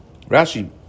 Rashi